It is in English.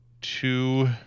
two